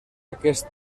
aquest